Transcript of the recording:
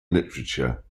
literature